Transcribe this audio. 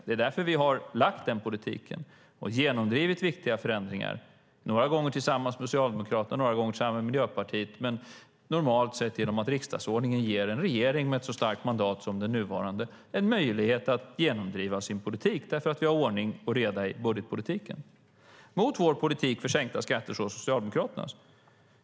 Det är därför vi lagt fram den politiken och genomdrivit viktiga förändringar - några gånger tillsammans med Socialdemokraterna, några gånger tillsammans med Miljöpartiet - eftersom riksdagsordningen ger en regering med ett så starkt mandat som det som den nuvarande har möjlighet att genomdriva sin politik. Vi har ordning och reda i budgetpolitiken. Mot vår politik för sänkta skatter står Socialdemokraternas.